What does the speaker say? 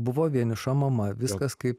buvo vieniša mama viskas kaip